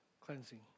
cleansing